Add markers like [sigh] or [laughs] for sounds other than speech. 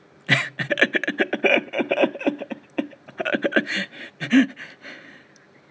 [laughs]